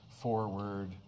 forward